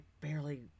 barely